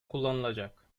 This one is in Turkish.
kullanılacak